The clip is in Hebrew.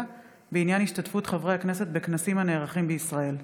בעניין השתתפות חברי הכנסת בכנסים הנערכים בישראל.